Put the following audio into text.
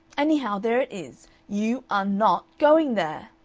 anyhow, there it is you are not going there.